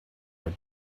her